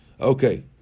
Okay